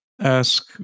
ask